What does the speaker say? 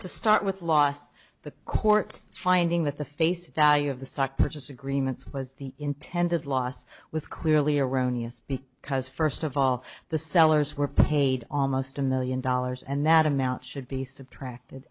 to start with lost the court's finding that the face value of the stock purchase agreements was the intended loss was clearly erroneous because first of all the sellers were paid almost a million dollars and that amount should be subtract